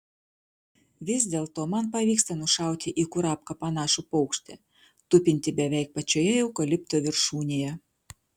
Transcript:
vis dėlto man pavyksta nušauti į kurapką panašų paukštį tupintį beveik pačioje eukalipto viršūnėje